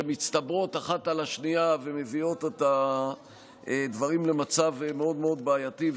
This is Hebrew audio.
שמצטברות אחת על השנייה ומביאות את הדברים למצב מאוד מאוד בעייתי.